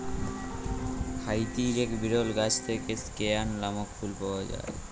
হাইতির এক বিরল গাছ থেক্যে স্কেয়ান লামক ফুল পাওয়া যায়